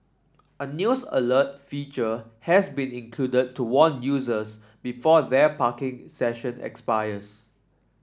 a news alert feature has been included to warn users before their parking session expires